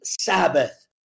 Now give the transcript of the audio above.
Sabbath